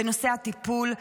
בנושא הטיפול,